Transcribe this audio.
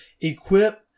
Equip